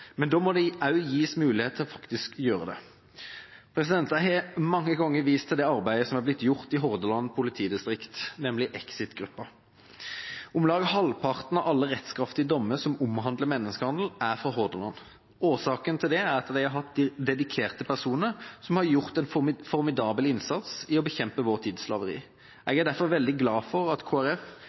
Men da må de også gis mulighet til faktisk å gjøre det. Jeg har mange ganger vist til det arbeidet som har blitt gjort i Hordaland politidistrikt, nemlig EXIT-gruppen. Om lag halvparten av alle rettskraftige dommer som omhandler menneskehandel, er fra Hordaland. Årsaken til det er at de har hatt dedikerte personer som har gjort en formidabel innsats i å bekjempe vår tids slaveri. Jeg er derfor veldig glad for at